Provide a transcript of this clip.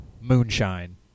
moonshine